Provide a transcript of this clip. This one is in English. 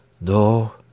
No